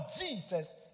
Jesus